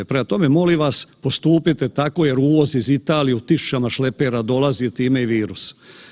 Prema tome, molim vas postupite tako jer uvoz iz Italije u 1000-ćama šlepera dolazi, time i virus.